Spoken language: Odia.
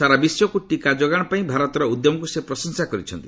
ସାରା ବିଶ୍ୱକୁ ଟିକା ଯୋଗାଣ ପାଇଁ ଭାରତର ଉଦ୍ୟମକୁ ସେ ପ୍ରଶଂସା କରିଛନ୍ତି